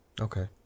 Okay